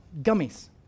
gummies